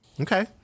Okay